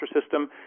system